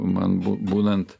man būnant